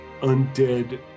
undead